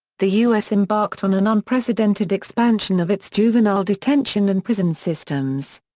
the us embarked on an unprecedented expansion of its juvenile detention and prison systems.